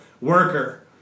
worker